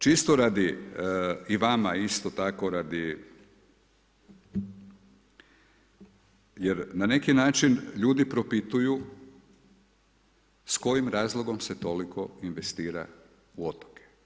Čisto radi, i vama isto tako radi, jer na neki način ljudi propituju s kojim razlogom se toliko investira u otoke.